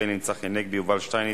שלי יחימוביץ,